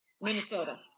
Minnesota